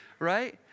right